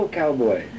cowboy